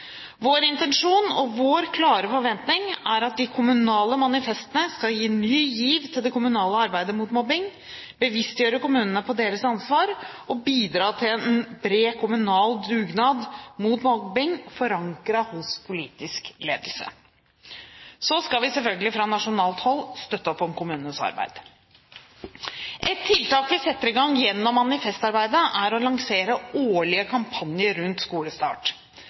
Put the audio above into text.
Vår intensjon, og vår klare forventning, er at de kommunale manifestene skal gi ny giv til det kommunale arbeidet mot mobbing, bevisstgjøre kommunene på deres ansvar og bidra til en bred kommunal dugnad mot mobbing, forankret hos politisk ledelse. Så skal vi selvfølgelig fra nasjonalt hold støtte opp om kommunenes arbeid. Et tiltak vi setter i gang gjennom manifestarbeidet, er å lansere årlige kampanjer rundt skolestart.